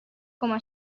coma